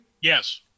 Yes